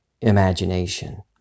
imagination